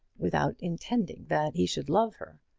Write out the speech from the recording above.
without intending that he should love her?